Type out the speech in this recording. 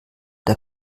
der